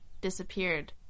disappeared